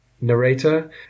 narrator